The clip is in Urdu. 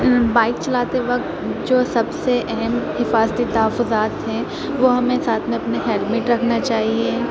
بائک چلاتے وقت جو سب سے اہم حفاظتی تحفظات ہیں وہ ہمیں ساتھ میں اپنے ہیلمیٹ رکھنا چاہیے